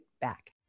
back